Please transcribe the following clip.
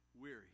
weary